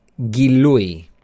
Gilui